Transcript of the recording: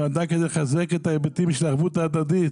נועדה כדי לחזק את ההיבטים של הערבות ההדדית